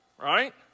right